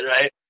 right